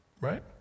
Right